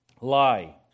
lie